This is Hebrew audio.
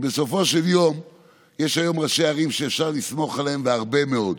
בסופו של יום יש היום ראשי ערים שאפשר לסמוך עליהם בהרבה מאוד.